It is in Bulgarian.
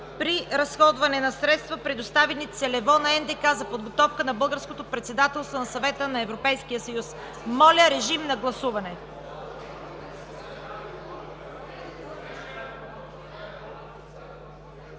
при разходване на средства, предоставени целево на НДК за подготовка на българското председателство на Съвета на Европейския съюз.” Моля, гласувайте.